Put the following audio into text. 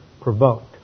provoked